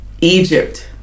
Egypt